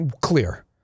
clear